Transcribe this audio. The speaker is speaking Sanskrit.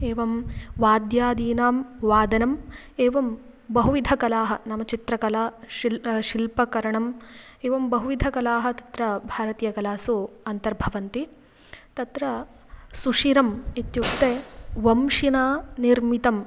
एवं वाद्यादीनां वादनम् एवं बहुविधकलाः नाम चित्रकला शिल् शिल्पकरणम् एवं बहुविधकलाः तत्र भारतीयकलासु अन्तर्भवन्ति तत्र सुशिरम् इत्युक्ते वंशिना निर्मितम्